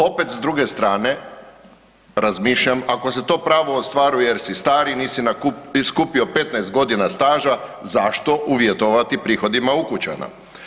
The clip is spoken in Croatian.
Opet s druge strane razmišljam ako se to pravo ostvaruje je si star i nisi skupio 15 godina staža zašto uvjetovati prihodima ukućana?